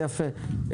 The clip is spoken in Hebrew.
יפה.